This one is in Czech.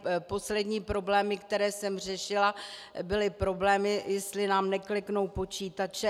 Poslední problémy, které jsem řešila, byly problémy, jestli nám nekliknou počítače.